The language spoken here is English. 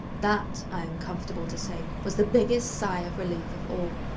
that, i'm comfortable to say, was the biggest sigh of relief of all.